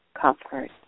comfort